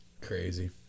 Crazy